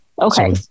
Okay